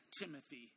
Timothy